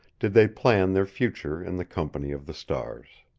did they plan their future in the company of the stars.